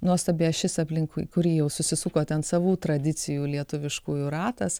nuostabi ašis aplinkui kuri jau susisuko ten savų tradicijų lietuviškųjų ratas